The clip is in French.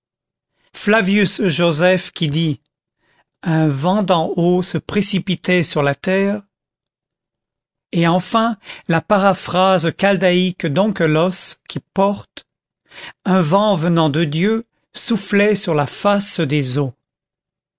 flavius josèphe qui dit un vent d'en haut se précipitait sur la terre et enfin la paraphrase chaldaïque d'onkelos qui porte un vent venant de dieu soufflait sur la face des eaux